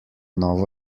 novo